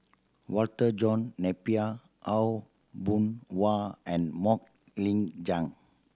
Walter John Napier Aw Boon Haw and Mok Ying Jang